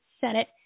Senate